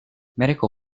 medical